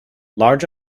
large